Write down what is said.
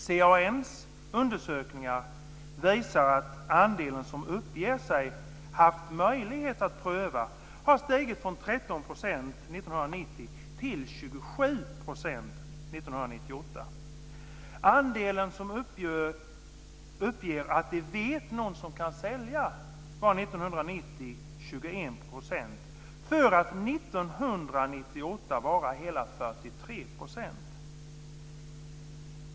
CAN:s undersökningar visar att andelen som uppger sig haft möjlighet att pröva har stigit från 13 % år 1990 till 27 % år 1998. Andelen som uppger att de vet någon som kan sälja var år 1990 21 % för att år 1998 vara hela 43 %.